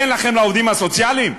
אין לכם לעובדים הסוציאליים?